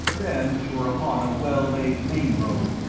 then we were upon a well-laid main road,